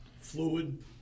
Fluid